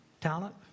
talent